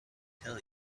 tell